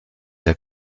der